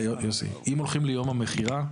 אם הולכים ליום המכירה,